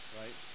right